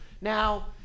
Now